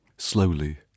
Slowly